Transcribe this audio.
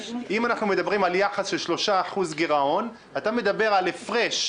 אם אנחנו מדברים על יחס של 3% גירעון מדובר על הפרש,